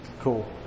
Cool